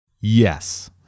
Yes